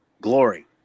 glory